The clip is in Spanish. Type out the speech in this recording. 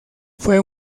fue